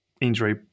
injury